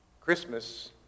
Christmas